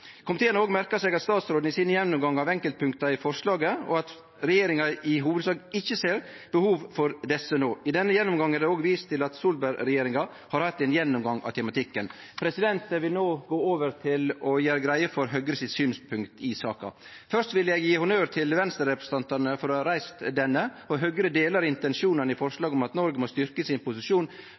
Komiteen har òg merkt seg statsråden sin gjennomgang av enkeltpunkta i forslaget, og at regjeringa i hovudsak ikkje ser behov for desse no. I denne gjennomgangen er det òg vist til at Solberg-regjeringa har hatt ein gjennomgang av tematikken. Eg vil no gå over til å gjere greie for Høgre sine synspunkt i saka. Først vil eg gje honnør til Venstre-representantane for å ha reist denne saka, og Høgre deler intensjonane i forslaget om at Noreg må styrkje sin posisjon